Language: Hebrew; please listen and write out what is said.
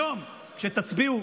היום, כשתצביעו,